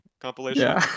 compilation